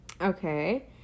Okay